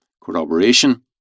corroboration